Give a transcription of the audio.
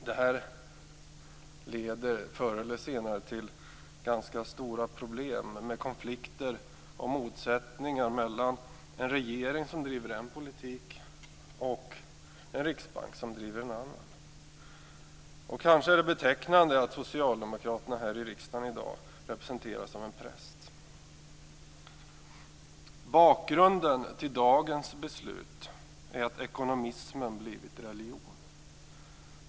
Detta leder förr eller senare till ganska stora problem med konflikter och motsättningar mellan en regering som driver en politik och en riksbank som driver en annan. Kanske är det betecknande att socialdemokraterna här i dag representeras av en präst. Bakgrunden till dagens beslut är att ekonomismen har blivit religion.